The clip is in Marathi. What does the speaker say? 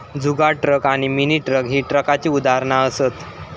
जुगाड ट्रक आणि मिनी ट्रक ही ट्रकाची उदाहरणा असत